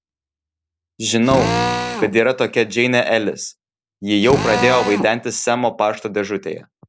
žinau kad yra tokia džeinė elis ji jau pradėjo vaidentis semo pašto dėžutėje